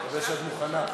אני מקווה שאת מוכנה.